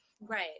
Right